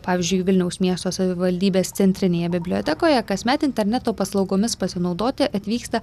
pavyzdžiui vilniaus miesto savivaldybės centrinėje bibliotekoje kasmet interneto paslaugomis pasinaudoti atvyksta